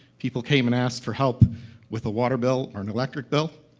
people came and asked for help with the water bill or an electric bill.